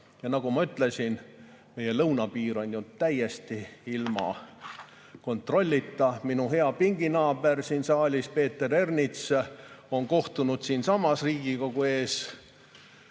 Nagu ma ütlesin, meie lõunapiir on ju täiesti ilma kontrollita. Minu hea pinginaaber siin saalis, Peeter Ernits, on kohtunud siinsamas Riigikogu ees